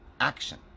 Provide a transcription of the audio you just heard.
action